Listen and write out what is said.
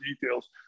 details